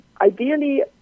Ideally